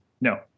No